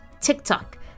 TikTok